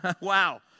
Wow